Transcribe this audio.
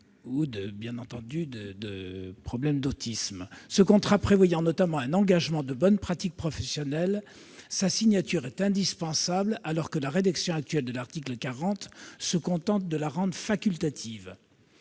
ou de problèmes d'autisme. Ce contrat prévoyant notamment un engagement de bonnes pratiques professionnelles, sa signature est indispensable, alors que la rédaction actuelle de l'article 40 se contente de la rendre facultative.